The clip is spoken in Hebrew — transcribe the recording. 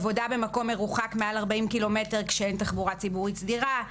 עבודה במקום מרוחק מעל 40 ק"מ כשאין תחבורה ציבורית סדירה,